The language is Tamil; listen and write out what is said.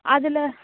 அதில்